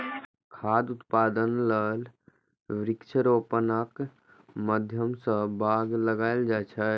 खाद्य उत्पादन लेल वृक्षारोपणक माध्यम सं बाग लगाएल जाए छै